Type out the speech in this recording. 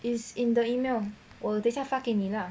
is in the email 我等一下发给你 lah